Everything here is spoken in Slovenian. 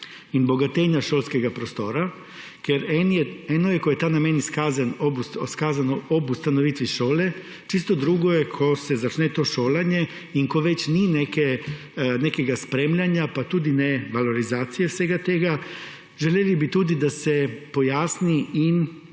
in bogatenja šolskega prostora, ker eno je, ko je ta namen izkazan ob ustanovitvi šole, čisto drugo je, ko se začne to šolanje in ko več ni nekega spremljanja pa tudi ne valorizacije vsega tega. Želeli bi tudi, da se pojasni in